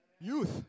Youth